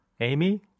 Amy